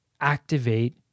activate